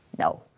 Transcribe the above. No